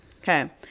okay